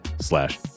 slash